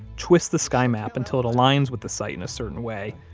twist the sky map until it aligns with the sight in a certain way.